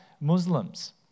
Muslims